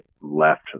left